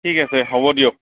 ঠিক আছে হ'ব দিয়ক